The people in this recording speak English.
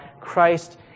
Christ